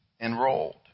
enrolled